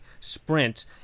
sprint